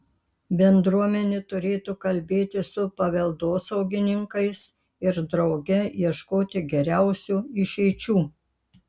bendruomenė turėtų kalbėtis su paveldosaugininkais ir drauge ieškoti geriausių išeičių